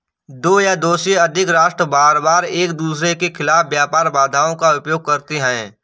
दो या दो से अधिक राष्ट्र बारबार एकदूसरे के खिलाफ व्यापार बाधाओं का उपयोग करते हैं